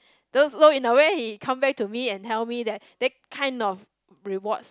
so so in a way he come back to me and tell me that take kind of rewards